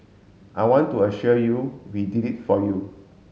I want to assure you we did it for you